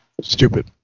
Stupid